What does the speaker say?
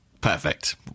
Perfect